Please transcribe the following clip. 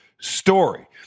story